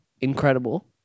incredible